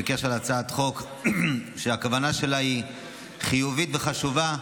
בקשר להצעת החוק שהכוונה שלה היא חיובית וחשובה,